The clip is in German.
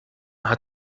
hat